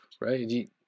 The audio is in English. right